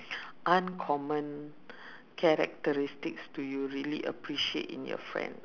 uncommon characteristics do you really appreciate in your friend